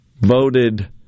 voted